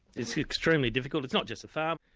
it's extremely difficult, it's not just the farm.